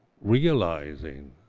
realizing